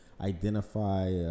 identify